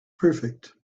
perfect